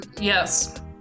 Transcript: Yes